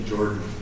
Jordan